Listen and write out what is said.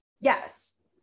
yes